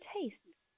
tastes